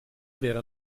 wäre